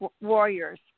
warriors